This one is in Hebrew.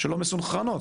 שלא מסונכרנות.